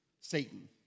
Satan